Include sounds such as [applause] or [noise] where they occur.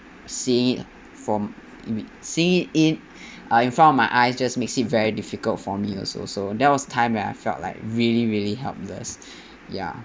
seeing it from it mean seeing it in uh in front of my eyes just makes it very difficult for me also also there was a time when I felt like really really helpless [breath] ya